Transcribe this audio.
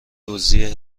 دزدی